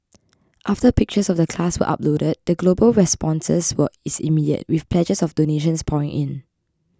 after pictures of the class were uploaded the global responses was immediate with pledges of donations pouring in